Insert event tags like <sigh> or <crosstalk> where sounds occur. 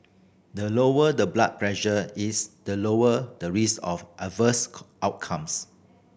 the lower the blood pressure is the lower the risk of adverse <unintelligible> outcomes